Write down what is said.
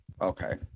Okay